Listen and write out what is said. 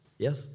Yes